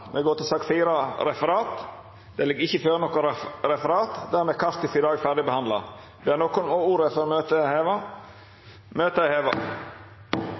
Det ligg ikkje føre noko referat. Dermed er kartet for i dag ferdigbehandla. Ber nokon om ordet før møtet vert heva? – Møtet er heva.